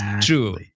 True